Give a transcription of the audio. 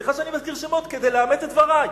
סליחה שאני מזכיר שמות כדי לאמת את דברי.